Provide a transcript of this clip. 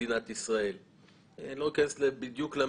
אנחנו מחולקים היום לחמש